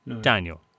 Daniel